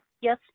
Yes